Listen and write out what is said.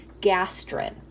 gastrin